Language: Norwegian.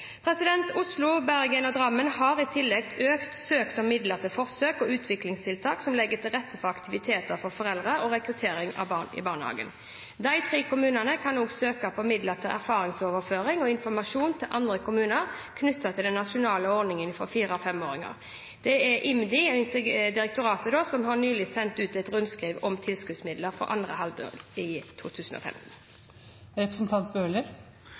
Oslo, Bergen og Drammen kan i tillegg søke om midler til forsøk og utviklingstiltak som legger til rette for aktiviteter for foreldre og rekruttering av barn til barnehage. De tre kommunene kan også søke om midler til erfaringsoverføring og informasjon til andre kommuner knyttet til den nasjonale ordningen for fire- og femåringer. Integrerings- og mangfoldsdirektoratet har nylig sendt ut et rundskriv om tilskuddsmidler for andre halvår 2015. Jeg takker for svaret. Det er slik at hvis man gjør det slik det står i